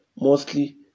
mostly